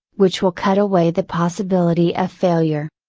which will cut away the possibility of failure.